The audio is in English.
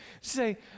say